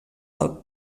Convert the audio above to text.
del